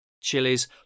Chilies